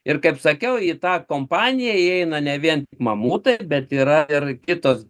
ir kaip sakiau į tą kompaniją įeina ne vien mamutai bet yra ir kitos